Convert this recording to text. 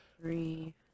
Three